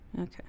Okay